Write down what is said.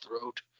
Throat